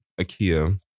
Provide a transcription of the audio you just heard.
Akia